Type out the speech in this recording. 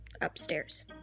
Upstairs